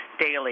daily